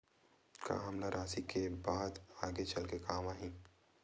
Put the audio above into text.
का हमला राशि करे के बाद आगे चल के काम आही?